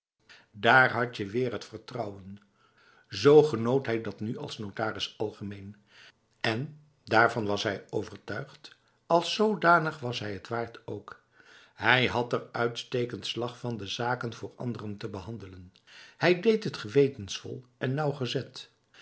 daar had je weer het vertrouwen z genoot hij dat nu als notaris algemeen en daarvan was hij overtuigd als zodanig was hij het waard ook hij had er uitstekend slag van de zaken voor anderen te behandelen hij deed het gewetensvol en